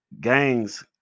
gangs